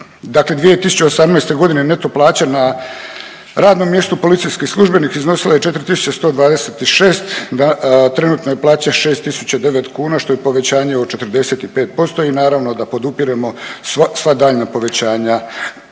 Dakle, 2018. godine neto plaća na radnom mjestu policijski službenik iznosila je 4.126 trenutna je plaća 6.009 kuna što je povećanje od 45% i naravno da podupiremo sva daljnja povećanja